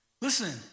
Listen